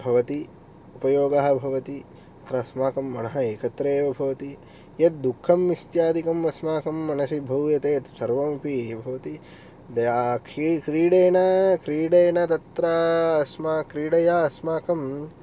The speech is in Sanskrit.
भवति उपयोगः भवति अस्माकं मणः एकत्र एव भवति यद् दुःखम् इत्यादिकम् अस्माकं मनसि भूयते यत् सर्वमपि भवति क्रीडेन क्रीडेन तत्र क्रीडया अस्माकं